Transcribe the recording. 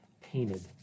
painted